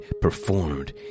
performed